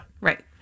Right